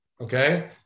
okay